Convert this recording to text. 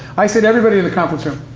i said, everybody in the conference room,